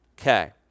Okay